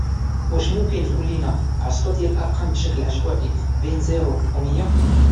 واش ممكن تقول لينا عشرة ديال الارقام بشكل عشوائي بين زيرو او مية؟